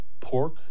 pork